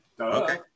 Okay